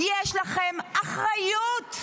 יש לכם אחריות,